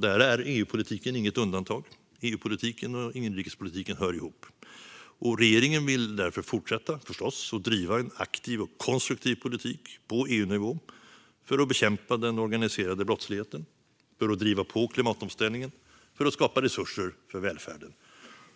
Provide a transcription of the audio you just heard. Där är EU-politiken inget undantag. EU-politiken och inrikespolitiken hör ihop. Regeringen vill därför förstås fortsätta att driva en aktiv och konstruktiv politik på EU-nivå för att bekämpa den organiserade brottsligheten, för att driva på klimatomställningen och för att skapa resurser för välfärden.